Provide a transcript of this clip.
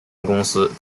公司